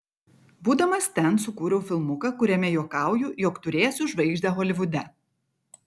būdamas ten sukūriau filmuką kuriame juokauju jog turėsiu savo žvaigždę holivude